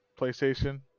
PlayStation